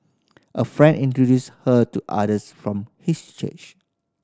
a friend introduced her to others from his church